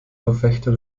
verfechter